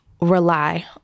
rely